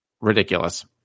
Ridiculous